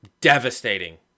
Devastating